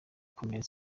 bikomeye